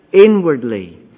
inwardly